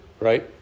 Right